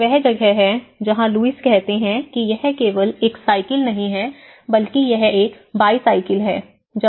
यह वह जगह है जहाँ लुईस कहते हैं कि यह केवल एक साइकिल नहीं है बल्कि यह एक बायसाइकिल है